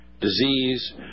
disease